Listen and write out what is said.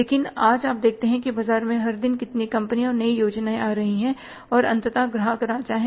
लेकिन आज आप देखते हैं कि बाजार में हर दिन कितनी कंपनियां और नई योजनाएं आ रही हैं और अंततः ग्राहक राजा है